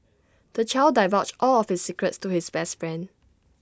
the child divulged all of his secrets to his best friend